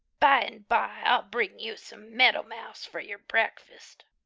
by and by i'll bring you some meadow mouse for your breakfast,